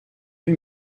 vue